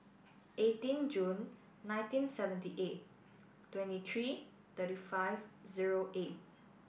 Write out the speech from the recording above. eighteen June nineteen seventy eight twenty three thirty five zero eight